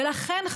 ולכן,